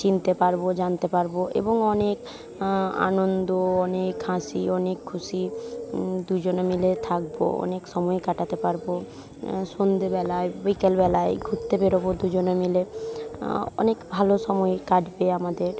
চিনতে পারবো জানতে পারবো এবং অনেক আনন্দ অনেক হাসি অনেক খুশি দুজনে মিলে থাকবো অনেক সময় কাটাতে পারবো সন্দেবেলায় বিকেলবেলায় ঘুত্তে বেরাবো দুজনে মিলে অনেক ভালো সময় কাটবে আমাদের